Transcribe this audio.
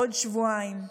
בעוד שבועיים,